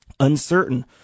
Uncertain